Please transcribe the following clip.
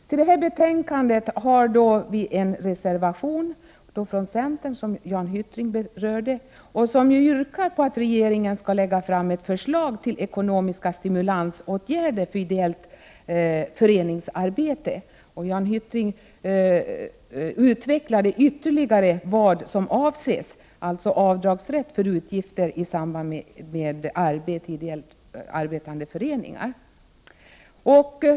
Till detta betänkande finns en reservation från centern, som Jan Hyttring berörde och vari yrkas att regeringen skall lägga fram förslag till ekonomiska stimulansåtgärder för ideellt föreningsarbete. Jan Hyttring utvecklade ytterligare vad som avses, dvs. avdragsrätt för utgifter för ideellt arbetande föreningar.